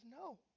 no